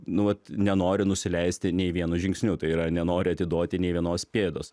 nu vat nenori nusileisti nei vienu žingsniu tai yra nenori atiduoti nei vienos pėdos